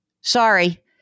Sorry